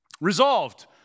Resolved